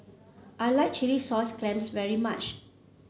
I like Chilli Sauce Clams very much